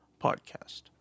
podcast